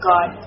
God